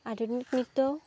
আধুনিক নৃত্য